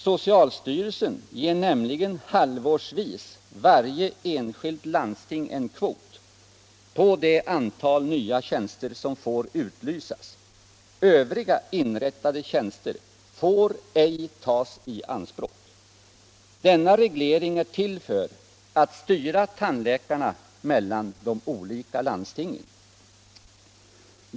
Socialstyrelsen ger nämligen halvårsvis varje enskilt landsting en kvot på det antal nya tjänster som får utlysas; övriga inrättade tjänster får ej tas i anspråk. Denna reglering är till för att styra tandläkarna mellan de olika landstingen.